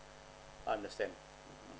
understand